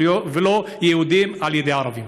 ולא יהודים על ידי ערבים.